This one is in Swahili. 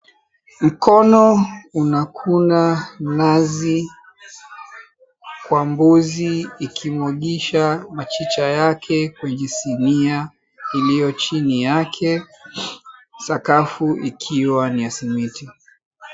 Mkono unakuna nazi kwa mbuzi ikimwagisha machicha yake kwenye sinia iliyo chini yake sakafu ikiwa ni ya simiti.